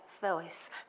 voice